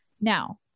Now